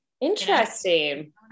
interesting